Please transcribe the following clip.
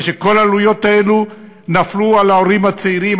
וכל העלויות האלה נפלו על ההורים הצעירים,